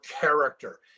character